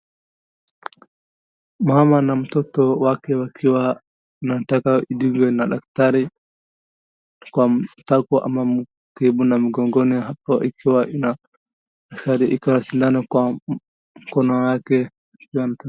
Mama na mtoto wake wakiwa wanataka atibiwe na daktari kwa tako ama karibu na mgongoni hapo ikiwa ina daktari sindano kwa mkono wake.